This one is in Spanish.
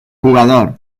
jugador